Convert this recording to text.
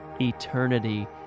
eternity